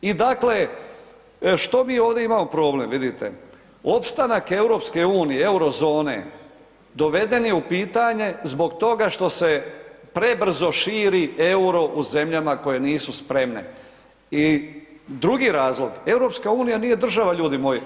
I dakle, što mi ovdje imamo problem vidite, opstanak EU, euro zone doveden je u pitanje zbog toga što se prebrzo širi EUR-o u zemljama koje nisu spremne i drugi razlog EU nije država ljudi moji.